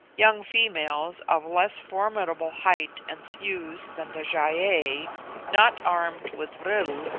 young females of less formidable height and thews than the gy-ei not armed with vril,